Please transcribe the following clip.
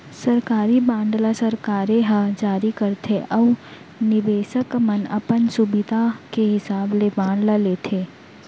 सरकारी बांड ल सरकारे ह जारी करथे अउ निबेसक मन अपन सुभीता के हिसाब ले बांड ले लेथें